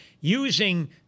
using